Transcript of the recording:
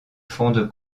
fonde